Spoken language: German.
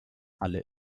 alle